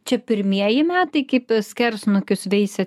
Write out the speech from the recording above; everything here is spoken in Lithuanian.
čia pirmieji metai kaip skersnukius veisia